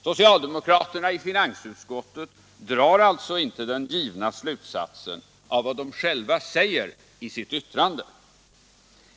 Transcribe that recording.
Socialdemokraterna i finansutskottet drar alltså inte den givna slutsatsen av vad de själva säger i sitt yttrande.